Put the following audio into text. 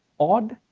odd?